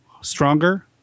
stronger